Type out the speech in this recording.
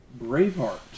Braveheart